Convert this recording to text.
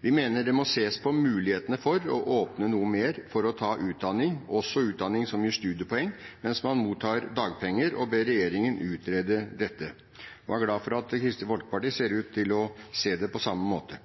Vi mener det må sees på mulighetene for å åpne noe mer for å ta utdanning – også utdanning som gir studiepoeng – mens man mottar dagpenger, og ber regjeringen utrede dette. Vi var glad for at Kristelig Folkeparti ser ut til å se det på samme måte.